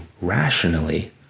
rationally